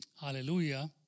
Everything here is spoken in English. Hallelujah